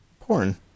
Porn